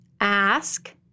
Ask